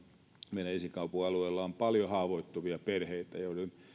meidän esikaupunkialueella on paljon haavoittuvia perheitä joiden